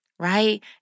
right